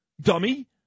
dummy